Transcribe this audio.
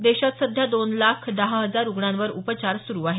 देशात सध्या दोन लाख दहा हजार रुग्णांवर उपचार सुरु आहेत